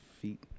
feet